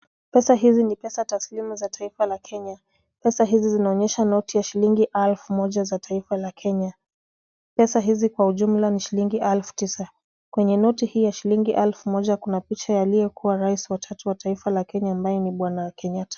Pesa hizi ni pesa taslimu za taifa la Kenya, pesa hizi zinaonyesha noti ya shilingi elfu moja za taifa la Kenya. Pesa hizi kwa ujumla ni shilingi elfu tisa. Kwenye noti hii ya shilingi elfu moja kuna picha ya aliyekuwa rais watatu wa taifa la Kenya ambaye ni Bwana Kenyatta.